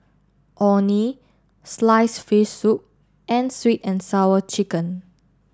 Orh Nee Sliced Fish Soup and Sweet and Sour Chicken